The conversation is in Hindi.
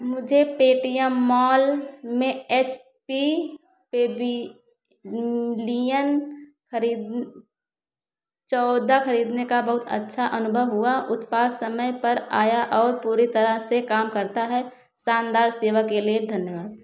मुझे पेटीएम मॉल में एच पी पेबि लियन खरी चौदह खरीदने का बहुत अच्छा अनुभव हुआ उत्पाद समय पर आया और पूरी तरह से काम करता है शानदार सेवा के लिए धन्यवाद